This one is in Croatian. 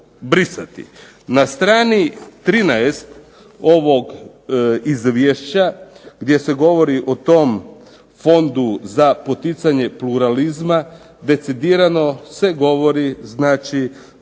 Na strani 13. ovog Izvješća gdje se govori o tom Fondu za poticanje pluralizma decidirano se govori znači